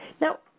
Now